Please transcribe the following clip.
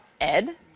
Ed